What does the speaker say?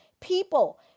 people